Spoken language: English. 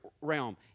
realm